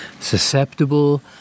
susceptible